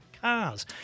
cars